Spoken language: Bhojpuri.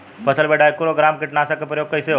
फसल पे ट्राइको ग्राम कीटनाशक के प्रयोग कइसे होखेला?